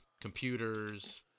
computers